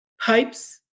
pipes